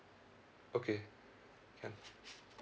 okay can